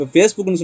Facebook